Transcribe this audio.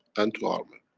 and to armen.